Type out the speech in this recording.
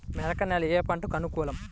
మెరక నేల ఏ పంటకు అనుకూలం?